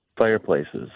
fireplaces